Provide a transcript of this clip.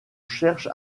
cherche